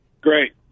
Great